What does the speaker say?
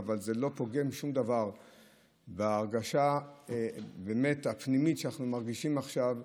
אבל זה לא פוגם בשום דבר בהרגשה הפנימית שאנחנו מרגישים עכשיו,